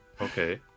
okay